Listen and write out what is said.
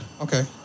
Okay